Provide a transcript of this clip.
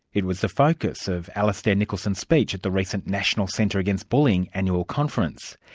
it was the focus of alistair nicholson's speech at the recent national centre against bullying annual conference.